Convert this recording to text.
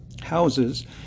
houses